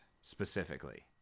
specifically